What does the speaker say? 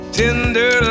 tender